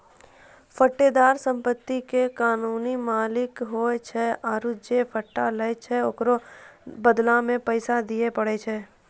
पट्टेदार सम्पति के कानूनी मालिक होय छै आरु जे पट्टा लै छै ओकरो बदला मे पैसा दिये पड़ै छै